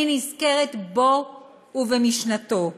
אני נזכרת בו ובמשנתו.